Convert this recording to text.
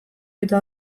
eta